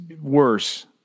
worse